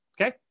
Okay